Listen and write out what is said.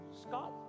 Scott